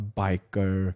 biker